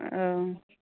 ओं